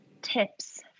Tips